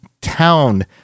town